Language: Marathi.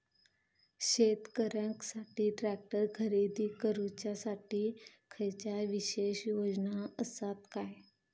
शेतकऱ्यांकसाठी ट्रॅक्टर खरेदी करुच्या साठी खयच्या विशेष योजना असात काय?